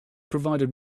provided